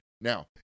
Now